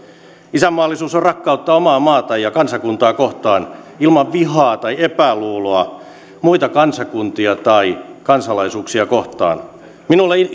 isänmaallisuus on rakkautta omaa maata ja kansakuntaa kohtaan ilman vihaa tai epäluuloa muita kansakuntia tai kansalaisuuksia kohtaan minulle